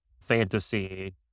fantasy